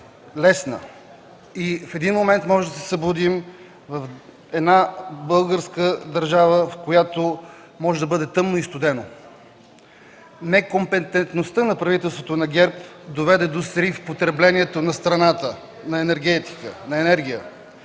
лесна. В един момент може да се събудим в българска държава, в която може да бъде тъмно и студено. Некомпетентността на правителството на ГЕРБ доведе до срив потреблението на страната на енергия.